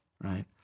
right